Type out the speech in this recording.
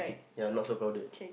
ya not so crowded